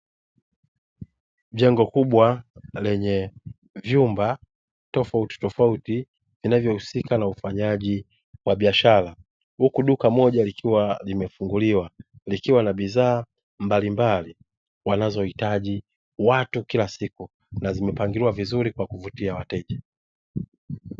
Jengo kubwa lenye vyumba tofautitofauti vinavyohusika na ufanyaji wa biashara. Huku duka moja likiwa limefunguliwa likiwa na bidhaa mbalimbali wanazohitaji watu kila siku na zimepangiliwa vizuri kwa kuvutia wateja.